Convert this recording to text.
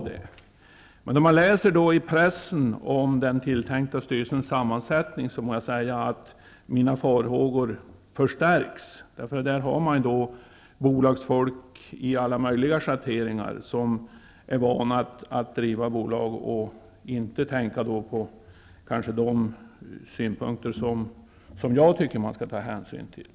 När man emellertid i pressen läser om den tilltänkta styrelsens sammansättning må jag säga att mina farhågor förstärks. I den tilltänkta styrelsen finns nämligen bolagsfolk av alla möjliga schatteringar, som är vant att driva bolag, utan att kanske tänka på de synpunkter som jag anser att man bör ta hänsyn till.